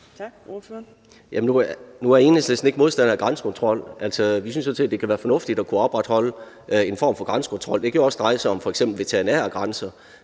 Nu er Enhedslisten ikke modstander af grænsekontrol. Vi synes sådan set, at det kan være fornuftigt at kunne opretholde en form for grænsekontrol. Det kan jo også dreje sig om f.eks. veterinære grænser.